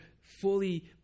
fully